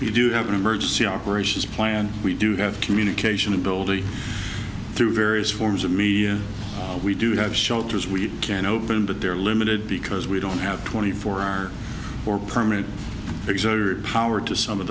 we do have an emergency operations plan we do have communication and through various forms of media we do have shelters we can open but they're limited because we don't have twenty four hour or permanent exert power to some of